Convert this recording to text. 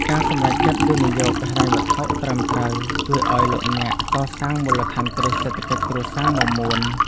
ការសម្រេចចិត្តវិនិយោគហិរញ្ញវត្ថុត្រឹមត្រូវជួយឱ្យលោកអ្នកកសាងមូលដ្ឋានគ្រឹះសេដ្ឋកិច្ចគ្រួសារមាំមួន។